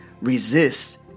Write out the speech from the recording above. resist